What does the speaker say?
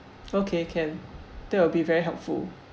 okay can that will be very helpful